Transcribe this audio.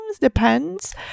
depends